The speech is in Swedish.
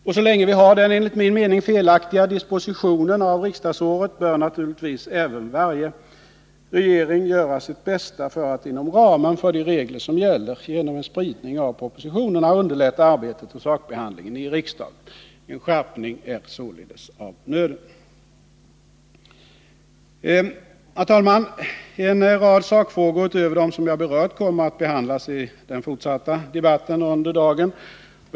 Och så länge vi har den enligt min mening felaktiga dispositionen av riksdagsåret, bör naturligtvis även varje regering göra sitt bästa för att inom ramen för de regler som gäller genom en spridning av propositionerna underlätta arbete och sakbehandling i riksdagen. En skärpning är således av nöden. Herr talman! En rad sakfrågor utöver de jag berört kommer att behandlas i den fortsatta debatten under dagen.